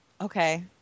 Okay